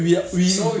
七步诗啊